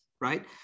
right